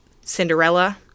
Cinderella